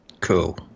Cool